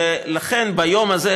לכן ביום הזה,